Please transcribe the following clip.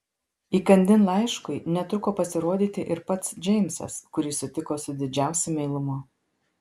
įkandin laiškui netruko pasirodyti ir pats džeimsas kurį sutiko su didžiausiu meilumu